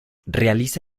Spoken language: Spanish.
realiza